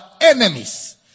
enemies